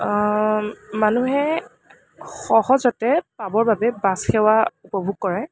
মানুহে সহজতে পাবৰ বাবে বাছ সেৱা উপভোগ কৰে